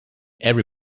every